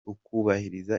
ukubahiriza